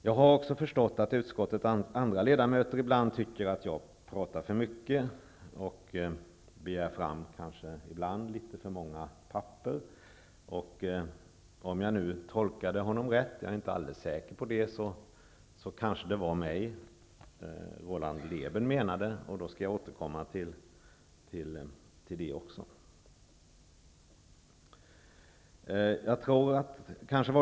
Jag har också förstått att utskottets andra ledamöter ibland tycker att jag pratar för mycket och kanske begär fram litet för många papper ibland. Om jag tolkade Roland Lében rätt, jag är inte alldeles säker på det, var det kanske mig han menade. Jag skall återkomma till det också.